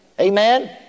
Amen